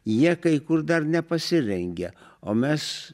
jie kai kur dar nepasirengę o mes